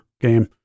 game